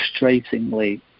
frustratingly